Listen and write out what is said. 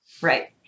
Right